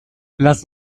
lass